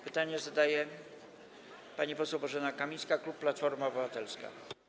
Pytanie zadaje pani poseł Bożena Kamińska, klub Platforma Obywatelska.